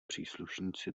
příslušníci